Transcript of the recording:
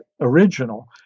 original